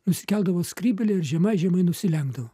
nusikeldavo skrybėlę ir žemai žemai nusilenkdavo